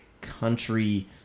country